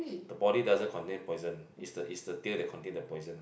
the body doesn't contain poison it's the it's the tail that contain the poison